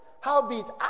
Howbeit